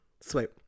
Sweet